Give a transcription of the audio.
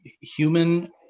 human